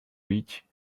rich